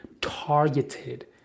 targeted